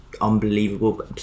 unbelievable